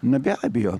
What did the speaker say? na be abejo